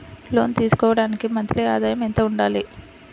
లోను తీసుకోవడానికి మంత్లీ ఆదాయము ఎంత ఉండాలి?